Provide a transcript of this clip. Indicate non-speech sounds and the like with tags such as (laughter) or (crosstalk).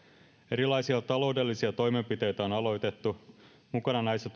erilaisia taloudellisia toimenpiteitä on aloitettu mukana näissä (unintelligible)